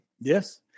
Yes